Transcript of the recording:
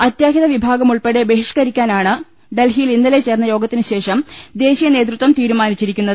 അത്യാഹിത വിഭാഗം ഉൾപ്പെടെ ബഹി ഷ്ക്കരിക്കാനാണ് ഡൽഹിയിൽ ഇന്നലെ ചേർന്ന യോഗത്തി നുശേഷം ദേശീയ നേതൃത്വം തീരുമാനിച്ചിരിക്കുന്നത്